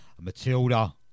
Matilda